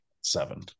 seven